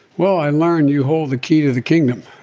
well, i learned you hold the key to the kingdom.